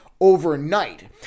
overnight